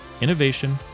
innovation